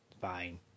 fine